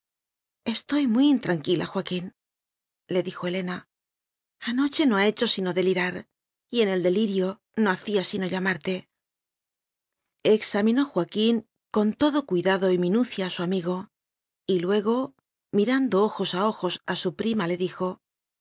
estoy muy intranquila joaquínle dijo helena anoche no ha hecho sino de lirar y en el delirio no hacía sino llamarte examinó joaquín con todo cuidado y mi nucia a su amigo y luego mirando ojos a ojos a su prima le dijo